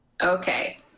Okay